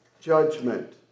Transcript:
judgment